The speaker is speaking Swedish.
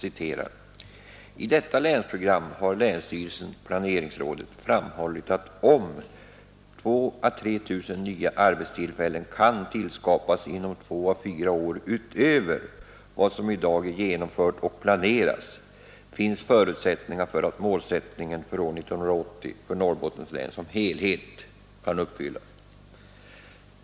I detta program har länsstyrelsen/planeringsrådet framhållit att om 2 000—3 000 nya arbetstillfällen kan tillskapas inom två å fyra år utöver vad som i dag är genomfört och planeras, finns förutsättningar för att målsättningen för år 1980 för Norrbottens län som helhet kan uppfyllas.